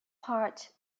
part